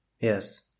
Yes